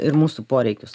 ir mūsų poreikius